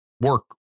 work